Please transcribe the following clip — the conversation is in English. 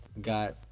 got